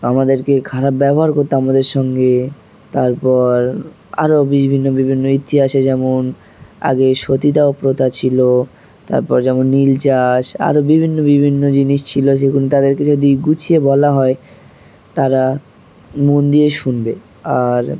আমাদেরকে খারাপ ব্যবহার করতো আমাদের সঙ্গে তারপর আরও বিভিন্ন বিভিন্ন ইতিহাসে যেমন আগে সতীদাহপ প্রথা ছিলো তারপর যেমন নীল চাষ আরও বিভিন্ন বিভিন্ন জিনিস ছিলো সেগুলো তাদেরকে যদি গুছিয়ে বলা হয় তারা মন দিয়ে শুনবে আর